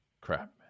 crap